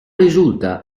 risulta